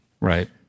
Right